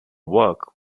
work